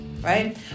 right